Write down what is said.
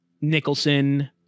nicholson